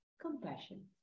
Compassion